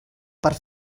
per